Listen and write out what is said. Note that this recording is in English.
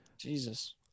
Jesus